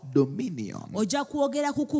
dominion